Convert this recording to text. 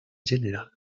general